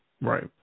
Right